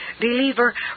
Believer